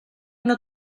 una